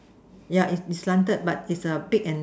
yeah is is slanted but is a big and